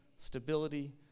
stability